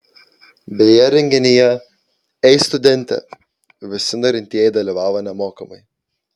beje renginyje ei studente visi norintieji dalyvavo nemokamai